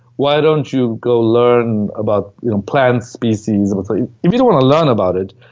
why don't you go learn about you know plant species? and if if you don't wanna learn about it,